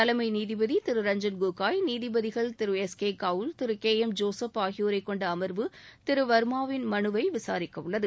தலைமை நீதிபதி திரு ரஞ்ஜன் கோகாய் நீதிபதிகள் திரு எஸ் கே கவுல் திரு கே எம் ஜோசப் ஆகியோரை கொண்ட அமா்வு திரு வர்மாவின் மனுவை விசாரிக்க உள்ளது